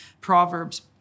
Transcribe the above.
Proverbs